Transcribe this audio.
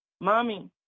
mommy